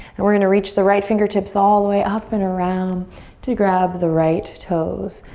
and we're going to reach the right fingertips all the way up and around to grab the right toes.